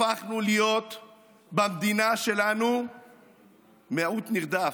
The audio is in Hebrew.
הפכנו להיות במדינה שלנו מיעוט נרדף.